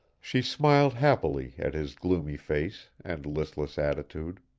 she smiled happily at his gloomy face and listless attitude.